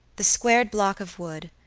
the squared block of wood,